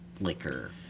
liquor